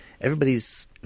everybody's